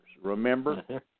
Remember